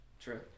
True